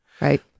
Right